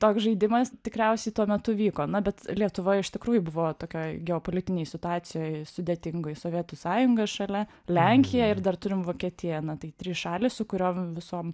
toks žaidimas tikriausiai tuo metu vyko na bet lietuva iš tikrųjų buvo tokioj geopolitinėj situacijoj sudėtingoj sovietų sąjunga šalia lenkija ir dar turim vokietiją na tai trys šalys su kuriom visom